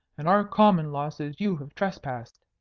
and our common law says you have trespassed.